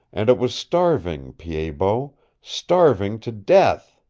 and it was starving, pied-bot. starving to death!